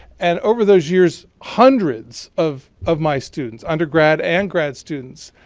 and over those years hundreds of of my students, undergrad and grad students,